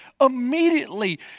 Immediately